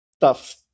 tough